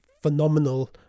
phenomenal